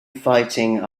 fighting